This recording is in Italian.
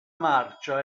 marcia